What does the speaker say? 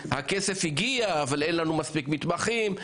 הכסף הגיע אבל אין לנו מספיק מתמחים.